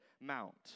mount